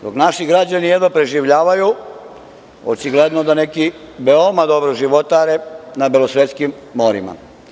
Dok naši građani jedva preživljavaju očigledno da neki veoma dobro životare na belosvetskim morima.